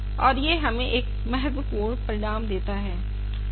और यह हमें एक महत्वपूर्ण परिणाम देता है